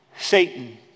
Satan